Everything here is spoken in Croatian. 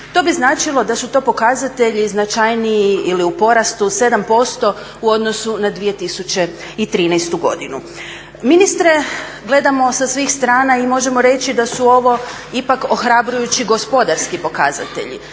To bi značilo da su to pokazatelji značajniji ili u porastu 7% u odnosu na 2013. godinu. Ministre, gledamo sa svih strana i možemo reći da su ovo ipak ohrabrujući gospodarski pokazatelji,